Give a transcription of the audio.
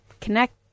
connect